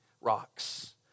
rocks